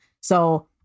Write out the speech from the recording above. So-